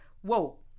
Whoa